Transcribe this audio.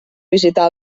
visitar